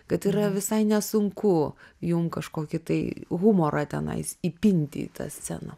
kad yra visai nesunku jum kažkokį tai humorą tenais įpinti į tą sceną